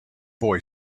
boy